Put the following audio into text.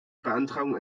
beantragung